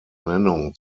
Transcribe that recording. nennung